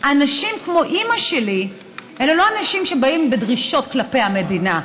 אנשים כמו אימא שלי אלה לא אנשים שבאים בדרישות כלפי המדינה.